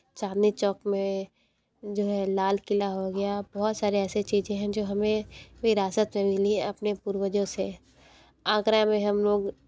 चांदनी चौक में जो है लाल किला हो गया बहुत सारी ऐसी चीज़ें हैं जो हमें विरासत में मिली है अपने पूर्वजों से आगरा में हम लोग